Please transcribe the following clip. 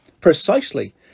Precisely